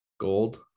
gold